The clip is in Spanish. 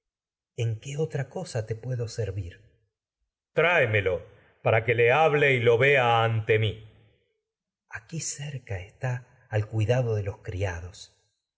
en qué otra cosa te puedo servir ayax áyax tráemelo tecmesa ayax sencia para que le hable y lo vea ante mí aquí cerca está al cuidado de los criados